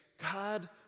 God